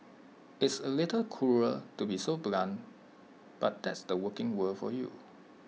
it's A little cruel to be so blunt but that's the working world for you